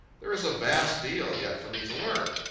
there is a vast deal yet for me to learn.